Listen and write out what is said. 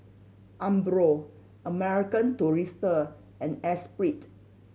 Umbro American Tourister and Esprit